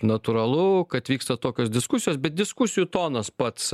natūralu kad vyksta tokios diskusijos bet diskusijų tonas pats